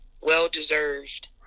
well-deserved